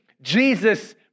Jesus